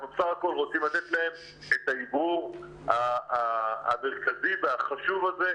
אנחנו בסך הכול רוצים לתת להם את האוורור המרכזי והחשוב הזה,